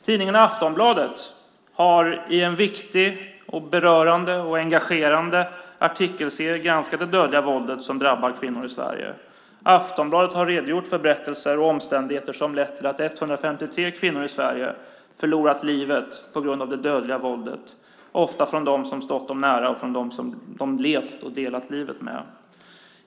Tidningen Aftonbladet har i en viktig, berörande och engagerande artikelserie granskat det dödande våldet som drabbar kvinnor i Sverige. Aftonbladet har redogjort för berättelser och omständigheter som lett till att 153 kvinnor i Sverige förlorat livet på grund av dödligt våld, ofta från dem som stått dem nära och som de levt med och delat livet med.